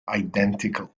identical